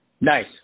Nice